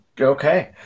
Okay